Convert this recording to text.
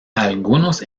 algunos